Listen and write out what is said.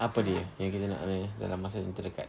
apa dia yang kita nak kena dalam masa terdekat